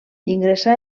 ingressà